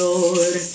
Lord